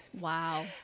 Wow